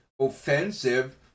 offensive